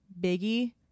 Biggie